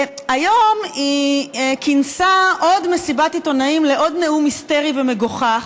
היום היא כינסה עוד מסיבת עיתונאים לעוד נאום היסטרי ומגוחך